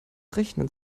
rechnen